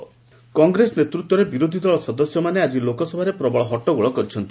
LS ଅପ୍ରୋର୍ କଂଗ୍ରେସ ନେତୃତ୍ୱରେ ବିରୋଧୀଦଳ ସଦସ୍ୟମାନେ ଆଜି ଲୋକସଭାରେ ପ୍ରବଳ ହଟ୍ଟଗୋଳ କରିଛନ୍ତି